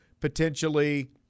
Potentially